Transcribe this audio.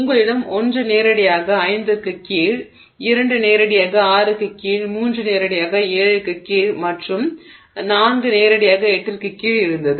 உங்களிடம் 1 நேரடியாக 5 க்கு கீழே 2 நேரடியாக 6 க்கு கீழே 3 நேரடியாக 7 க்கு கீழே மற்றும் 4 நேரடியாக 8 க்கு கீழே இருந்தது